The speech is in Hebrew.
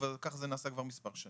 כך זה נעשה כבר מספר שנים.